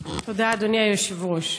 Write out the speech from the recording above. תודה, אדוני היושב-ראש,